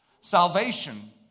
Salvation